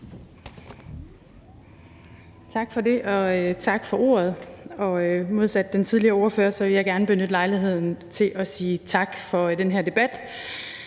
Tak for det, tak for ordet. Modsat den tidligere ordfører vil jeg gerne benytte lejligheden til at sige tak for den her debat,